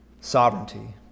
sovereignty